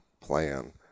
plan